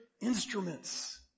instruments